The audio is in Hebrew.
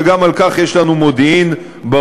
וגם על כך יש לנו מודיעין ברור,